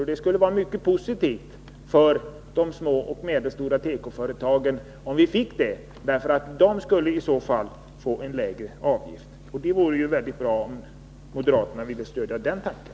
Detta skulle vara mycket positivt för små och medelstora tekoföretag, som i så fall skulle få lägre avgift. Det vore bra om moderaterna ville stödja den tanken.